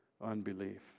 unbelief